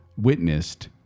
witnessed